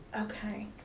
Okay